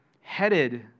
headed